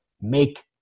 make